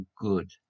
good